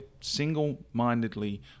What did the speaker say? single-mindedly